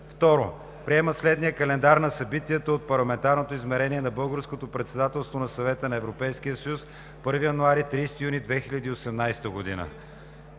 2. Приема следния календар на събитията от Парламентарното измерение на Българското председателство на Съвета на Европейския съюз, 1 януари – 30 юни 2018 г.: